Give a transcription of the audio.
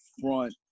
front